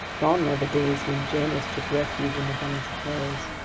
gone are the days when jonahs took refuge in the bellies of whales!